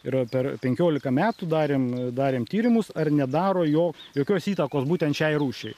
yra per penkiolika metų darėm darėm tyrimus ar nedaro jo jokios įtakos būtent šiai rūšiai